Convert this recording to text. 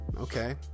okay